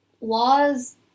laws